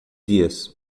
dias